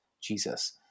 Jesus